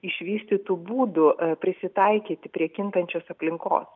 išvystytų būdų prisitaikyti prie kintančios aplinkos